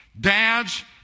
dads